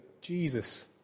Jesus